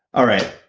all right,